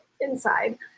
inside